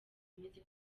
akomeze